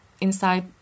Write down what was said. inside